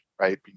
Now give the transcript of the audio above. right